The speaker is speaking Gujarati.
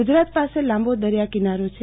ગુજરાત પાસે લાંબો દરિયા કિનારો છે